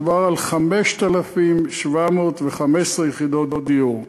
מדובר על 5,715 יחידות דיור.